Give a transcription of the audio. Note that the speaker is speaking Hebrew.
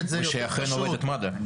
ושהיא אכן עובדת מד"א.